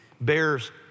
bears